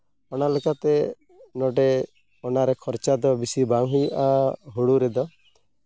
ᱚᱱᱟ ᱞᱮᱠᱟᱛᱮ ᱱᱚᱸᱰᱮ ᱚᱱᱟᱨᱮ ᱠᱷᱚᱨᱪᱟ ᱫᱚ ᱵᱮᱥᱤ ᱵᱟᱝ ᱦᱩᱭᱩᱜᱼᱟ ᱦᱩᱲᱩ ᱨᱮᱫᱚ